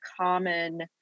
common